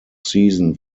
season